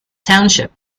township